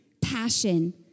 passion